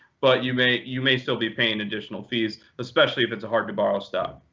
but you may you may still be paying additional fees, especially if it's a hard to borrow stop.